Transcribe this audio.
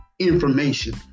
information